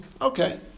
Okay